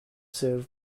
سرو